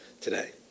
today